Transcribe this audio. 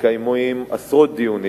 מתקיימים עשרות דיונים.